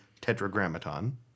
tetragrammaton